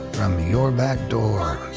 from your back door!